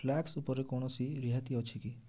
flex ଉପରେ କୌଣସି ରିହାତି ଅଛି କି